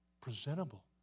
presentable